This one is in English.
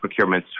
procurements